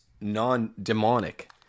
non-demonic